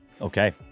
Okay